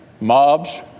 mobs